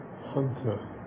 hunter